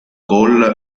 cole